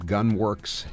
Gunworks